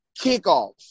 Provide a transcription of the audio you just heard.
kickoffs